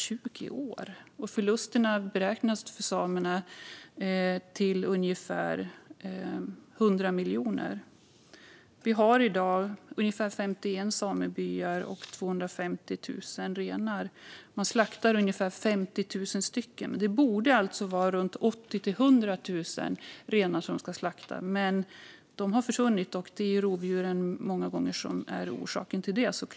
Förlusterna för samerna beräknas till ungefär 100 miljoner. Vi har i dag ungefär 51 samebyar och 250 000 renar. Man slaktar ungefär 50 000 renar. Man borde slakta 80 000-100 000 renar, men de har försvunnit, och det är såklart många gånger rovdjuren som är orsaken till det.